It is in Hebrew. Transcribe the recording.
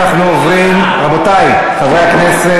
רבותי חברי הכנסת,